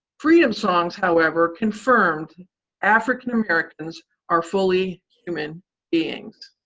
freedom songs, however, confirmed african-americans are fully human beings.